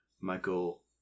Michael